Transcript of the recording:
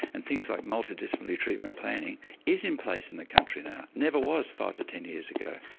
and things like multi-disciplinary treatment planning is in place in the country now. never was five to ten years ago.